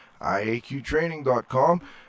iaqtraining.com